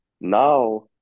now